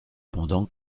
pendant